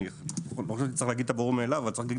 אני לא רוצה להגיד את הברור מאליו אבל צריך להגיד